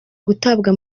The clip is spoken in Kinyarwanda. gutabwa